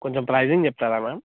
కొంచెం ప్రైజింగ్ చెప్తారా మ్యామ్